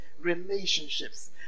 Relationships